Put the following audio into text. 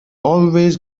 always